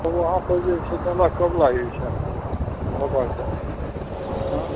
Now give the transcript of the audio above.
तब उहाँ पर जे छै मेला कब लागैत छै बड़का हँ